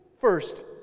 first